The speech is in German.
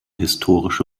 historische